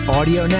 Audio